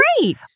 great